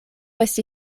esti